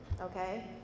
okay